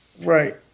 right